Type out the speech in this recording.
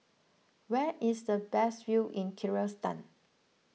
where is the best view in Kyrgyzstan